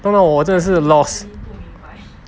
弄到我真的是 lost